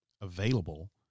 available